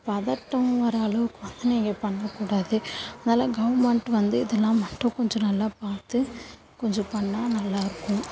பதற்றம் வர்ற அளவுக்கு வந்து நீங்கள் பண்ணக்கூடாது அதனால் கவர்மெண்ட் வந்து இதெல்லாம் மட்டும் கொஞ்சம் நல்லா பார்த்து கொஞ்சம் பண்ணால் நல்லா இருக்கும்